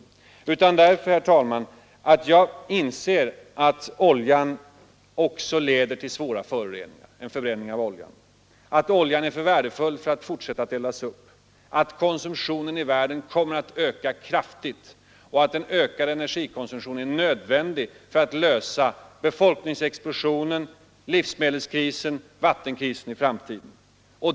Jag vill ha sagt detta därför, herr talman, att jag inser att förbränning av olja också leder till svåra föroreningar, att oljan är för värdefull för att eldas upp, att energikonsumtionen i världen kommer att öka kraftigt och att en ökad energikonsumtion är nödvändig för att klara befolkningsexplosionen, livsmedelskrisen och vattenkrisen i framtiden.